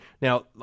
Now